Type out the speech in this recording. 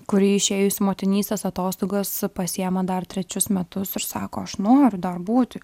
kuri išėjus į motinystės atostogas pasiima dar trečius metus ir sako aš noriu dar būti